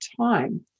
time